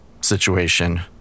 situation